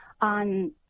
on